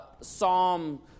psalm